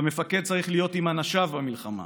והמפקד צריך להיות עם אנשיו במלחמה,